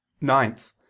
Ninth